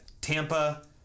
Tampa